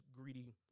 greedy